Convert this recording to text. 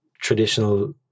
traditional